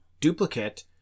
duplicate